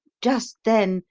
just then,